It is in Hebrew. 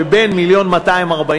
על החלק שבין מיליון ו-241,110